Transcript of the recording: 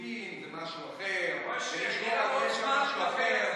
יהודים זה משהו אחר ולשמור על קשר זה משהו אחר,